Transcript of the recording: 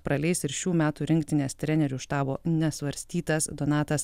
praleis ir šių metų rinktinės trenerių štabo nesvarstytas donatas